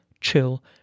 chill